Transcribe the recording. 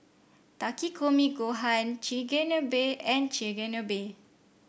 Takikomi Gohan Chigenabe and Chigenabe